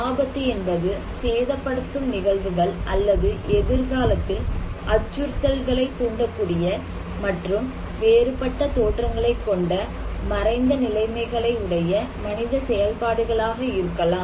ஆபத்து என்பது சேதப்படுத்தும் நிகழ்வுகள் அல்லது எதிர்காலத்தில் அச்சுறுத்தல்களை தூண்டக்கூடிய மற்றும் வேறுபட்ட தோற்றங்களை கொண்ட மறைந்த நிலைமைகளை உடைய மனித செயல்பாடுகளாக இருக்கலாம்